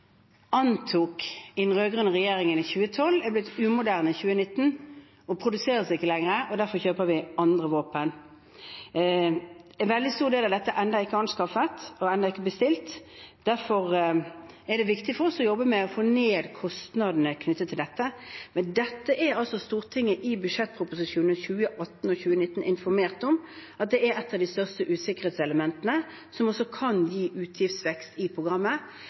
antok i den rød-grønne regjeringen i 2012, er blitt umoderne i 2019 og produseres ikke lenger. Derfor kjøper vi andre våpen. En veldig stor del av dette er ennå ikke anskaffet og ennå ikke bestilt. Derfor er det viktig for oss å jobbe med å få ned kostnadene knyttet til dette. Dette er Stortinget informert om i budsjettproposisjonene for 2018 og 2019, at det er ett av de største usikkerhetselementene, som også kan gi utgiftsvekst i programmet.